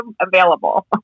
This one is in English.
available